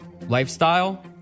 Lifestyle